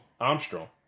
Armstrong